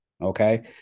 Okay